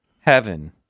Heaven